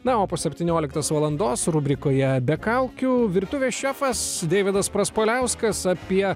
na o po septynioliktos valandos rubrikoje be kaukių virtuvės šefas deividas praspaliauskas apie